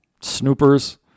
snoopers